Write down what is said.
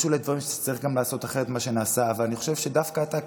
יש אולי דברים שצריך לעשות אחרת ממה שנעשה אבל אני חושב שדווקא אתה,